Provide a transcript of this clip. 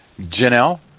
Janelle